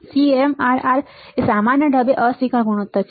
CMRR એ સામાન્ય ઢબે અસ્વીકાર ગુણોત્તર છે